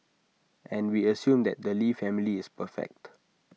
and we assume that the lee family is perfect